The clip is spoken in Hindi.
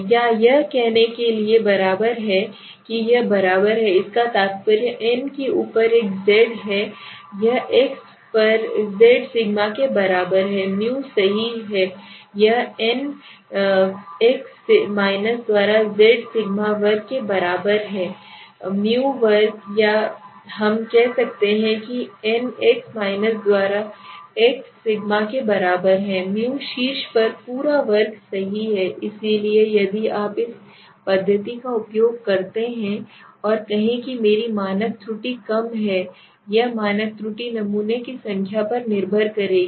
या यह कहने के लिए बराबर है कि यह बराबर है इसका तात्पर्य n के ऊपर एक जड़ है यह x पर z सिग्मा के बराबर है μसही यह n x द्वारा जेड सिग्मा वर्ग के बराबर है हैμवर्ग या हम कह सकते हैं n x द्वारा एक्स सिग्मा के बराबर है µशीर्ष पर पूरा वर्ग सही है इसलिए यदि आप इस पद्धति का उपयोग करते हैं और कहें कि मेरी मानक त्रुटि कम है यह मानक त्रुटि नमूने की संख्या पर निर्भर करेगी